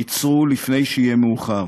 עצרו לפני שיהיה מאוחר.